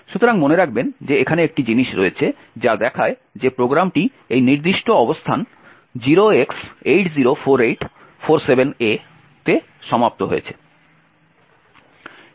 সুতরাং মনে রাখবেন যে এখানে একটি জিনিস রয়েছে যা দেখায় যে প্রোগ্রামটি এই নির্দিষ্ট অবস্থান 0x804847A এ সমাপ্ত হয়েছে